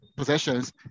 possessions